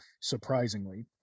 surprisingly